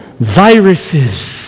Viruses